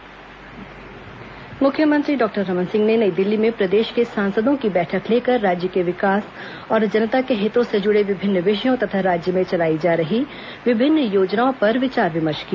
मुख्यमंत्री सांसद बैठक मुख्यमंत्री डॉक्टर रमन सिंह ने नई दिल्ली में प्रदेश के सांसदों की बैठक लेकर राज्य के विकास और जनता के हितों से जुड़े विभिन्न विषयों तथा राज्य में चलाई जा रही विभिन्न योजनाओं पर विचार विमर्श किया